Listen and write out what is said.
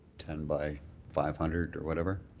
ten by five hundred or whatever.